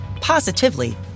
positively